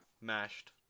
mashed